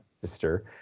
sister